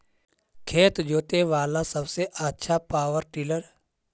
खेत जोते बाला सबसे आछा पॉवर टिलर?